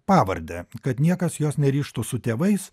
pavardę kad niekas jos nerištų su tėvais